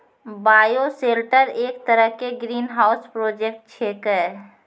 bioshelter एक तरह के ग्रीनहाउस प्रोजेक्ट छेकै